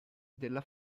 della